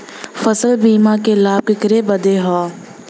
फसल बीमा क लाभ केकरे बदे ह?